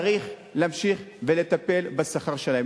צריך להמשיך ולטפל בשכר שלהם.